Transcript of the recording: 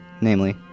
namely